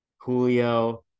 Julio